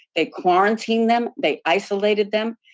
they quarantined them, they isolated them,